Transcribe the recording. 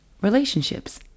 relationships